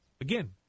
again